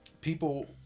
people